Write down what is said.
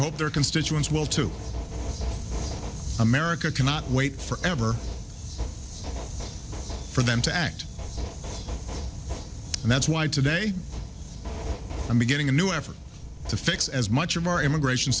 hope their constituents will too america cannot wait forever for them to act and that's why today i'm beginning a new effort to fix as much of our immigration